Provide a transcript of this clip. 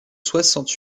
soixante